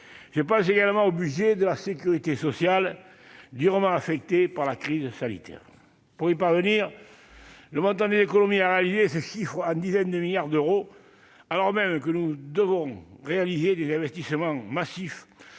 Je pense également au budget de la sécurité sociale, durement affecté par la crise sanitaire. Pour y parvenir, le montant des économies à réaliser se chiffre en dizaines de milliards d'euros, alors même que nous devrons réaliser des investissements massifs